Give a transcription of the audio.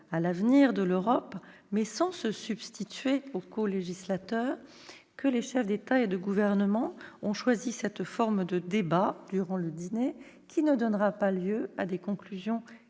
à l'avenir de l'Europe, et sans se substituer aux colégislateurs, que les chefs d'État et de gouvernement ont choisi cette forme de débat, durant le dîner, qui ne donnera pas lieu à des conclusions écrites.